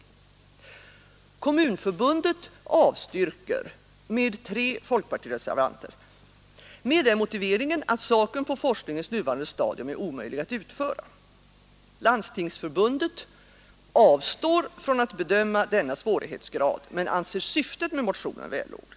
Svenska kommunförbundet avstyrker mot tre folkpartireservanter — med den motiveringen att saken på forskningens nuvarande stadium är omöjlig att utföra. Svenska landstingsförbundet avstår från att bedöma denna svårighetsgrad, men anser syftet med motionen vällovligt.